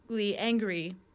angry